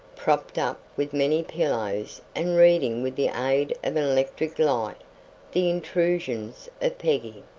propped up with many pillows and reading with the aid of an electric light the intrusions of peggy.